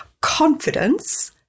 confidence